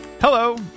Hello